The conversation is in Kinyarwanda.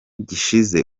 gishize